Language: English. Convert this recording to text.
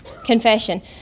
confession